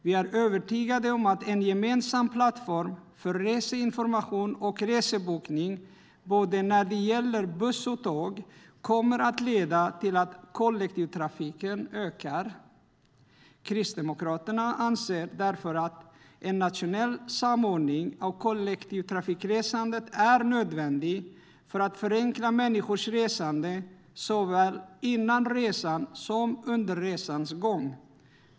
Vi är övertygade om att en gemensam plattform för reseinformation och resebokning, för både buss och tåg, kommer att leda till att kollektivtrafiken ökar. Kristdemokraterna anser därför att nationell samordning av kollektivtrafikresandet är nödvändig, för att förenkla människors resande såväl före resan som under resans gång.